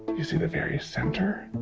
you see the very center?